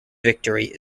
victory